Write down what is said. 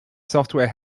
software